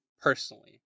personally